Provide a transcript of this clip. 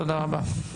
תודה רבה.